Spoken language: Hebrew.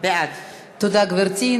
בעד תודה, גברתי.